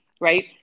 right